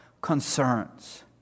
concerns